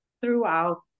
throughout